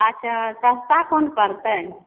अच्छा सस्ता कोन परतै